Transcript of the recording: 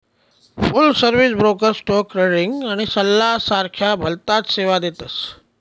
फुल service broker stock trading आणि सल्ला सारख्या भलताच सेवा देतस